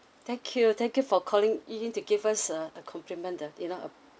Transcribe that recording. thank you thank you for calling in in to give us uh the compliment uh you know um